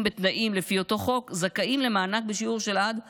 בתנאים לפי אותו חוק זכאים למענק בשיעור של עד 30%,